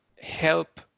help